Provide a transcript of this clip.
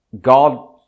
God